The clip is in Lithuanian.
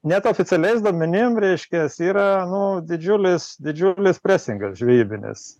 net oficialiais duomenim reiškias yra nu didžiulis didžiulis presingas žvejybinis